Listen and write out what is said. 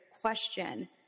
question